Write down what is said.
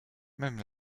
même